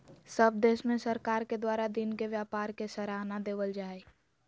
सब देश में सरकार के द्वारा दिन के व्यापार के सराहना देवल जा हइ